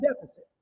deficit